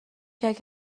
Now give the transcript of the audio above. کرد